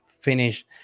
finish